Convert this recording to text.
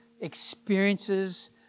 experiences